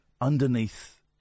underneath